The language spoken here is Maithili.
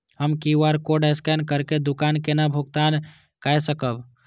हम क्यू.आर कोड स्कैन करके दुकान केना भुगतान काय सकब?